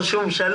לא שהוא משלם,